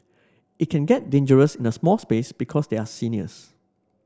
it can get dangerous in a small space because they are seniors